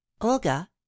Olga